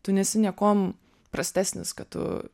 tu nesi niekuom prastesnis kad tu